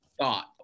thought